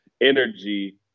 energy